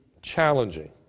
challenging